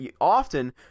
often